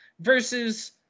Versus